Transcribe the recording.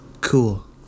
Cool